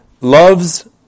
loves